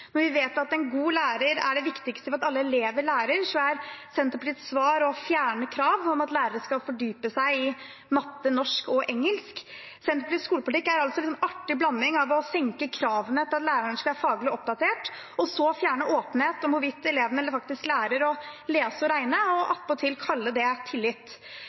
Når vi vet at en god lærer er det viktigste for at alle elever lærer, er Senterpartiets svar å fjerne krav om at lærere skal fordype seg i matte, norsk og engelsk. Senterpartiets skolepolitikk er altså en litt artig blanding av å senke kravene til at lærerne skal være faglig oppdatert, og så fjerne åpenhet om hvorvidt elevene faktisk lærer å lese og regne – og attpåtil kalle det tillit.